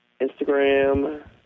Instagram